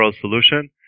solution